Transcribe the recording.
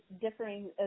differing